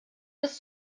bis